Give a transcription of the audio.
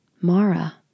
Mara